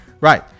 Right